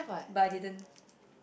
but I didn't